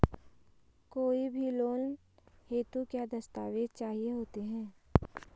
कोई भी लोन हेतु क्या दस्तावेज़ चाहिए होते हैं?